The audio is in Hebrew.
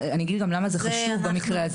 אני אגיד גם למה זה חשוב במקרה הזה,